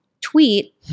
tweet